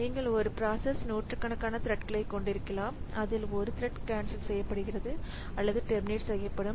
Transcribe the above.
நீங்கள் ஒரு ப்ராசஸ்ல் நூற்றுக்கணக்கான த்ரெட்களை கொண்டிருக்கலாம் அதில் ஒரு த்ரெட் கேன்சல் செய்யப்படுகிறது அல்லது டெர்மினேட் செய்யப்படும்